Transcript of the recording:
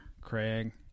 Craig